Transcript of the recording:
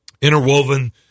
Interwoven